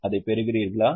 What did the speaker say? அதைப் பெறுகிறீர்களா